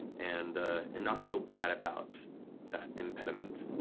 and and not feel bad about impediment